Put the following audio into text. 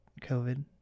COVID